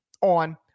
on